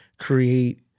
create